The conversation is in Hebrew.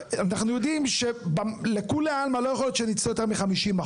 אנחנו יודעים שלכולי עלמא לא יכול להיות שניצלו יותר מ-50%.